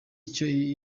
icyo